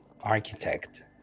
architect